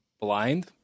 Blind